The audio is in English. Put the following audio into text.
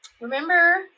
remember